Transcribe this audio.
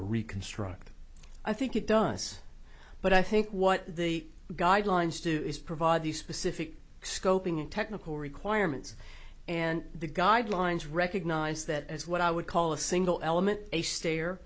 reconstruct i think it does but i think what the guidelines do is provide these specific scoping technical requirements and the guidelines recognise that as what i would call a single element a sta